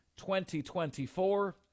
2024